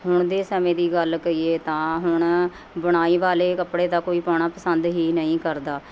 ਹੁਣ ਦੇ ਸਮੇਂ ਦੀ ਗੱਲ ਕਰੀਏ ਤਾਂ ਹੁਣ ਬੁਣਾਈ ਵਾਲੇ ਕੱਪੜੇ ਦਾ ਕੋਈ ਪਾਉਣਾ ਪਸੰਦ ਹੀ ਨਹੀਂ ਕਰਦਾ